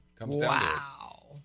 Wow